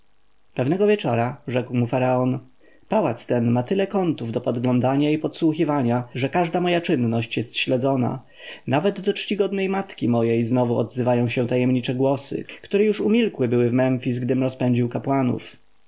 pewnego wieczora rzekł mu faraon pałac ten ma tyle kątów do podglądania i podsłuchiwania że każda moja czynność jest śledzona nawet do czcigodnej matki mojej znowu odzywają się tajemnicze głosy które już umilkły były w memfis gdym rozpędził kapłanów